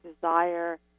desire